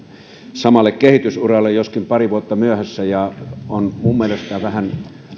samalle kehitysuralle joskin pari vuotta myöhässä minun mielestäni on vähän